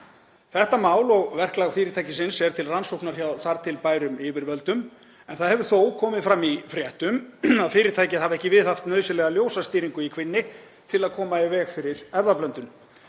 Þetta mál og verklag fyrirtækisins er til rannsóknar hjá þar til bærum yfirvöldum en það hefur þó komið fram í fréttum að fyrirtækið hafi ekki viðhaft nauðsynlega ljósastýringu í kvínni til að koma í veg fyrir erfðablöndun.